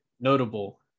notable